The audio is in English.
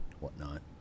whatnot